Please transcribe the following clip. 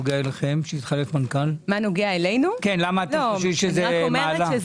אתם חושבים שזה מעלה?